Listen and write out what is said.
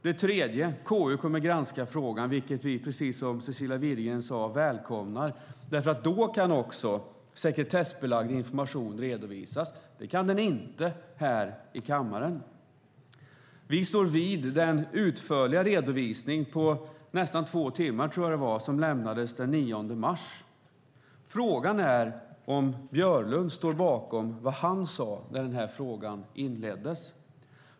Den tredje är att KU kommer att granska frågan, vilket vi, precis som Cecilia Widegren sade, välkomnar därför att sekretessbelagd information då också kan redovisas. Det kan den inte här i kammaren. Vi står fast vid den utförliga redovisning på nästan två timmar som lämnades den 9 mars. Frågan är om Björlund står fast vid vad han sade när denna fråga inleddes.